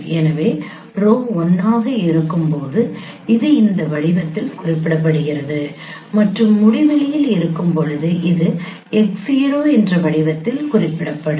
எனவே rho 1 ஆக இருக்கும்போது இது இந்த வடிவத்தில் குறிப்பிடப்படுகிறது மற்றும் முடிவிலியில் இருக்கும்போது இது x 0 என்ற வடிவத்தில் குறிப்பிடப்படும்